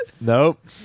Nope